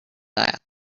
that